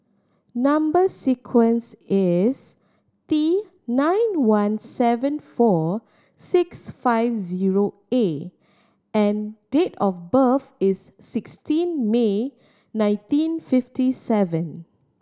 number sequence is T nine one seven four six five zero A and date of birth is sixteen May nineteen fifty seven